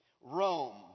Rome